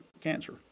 cancer